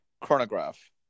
chronograph